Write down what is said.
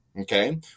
Okay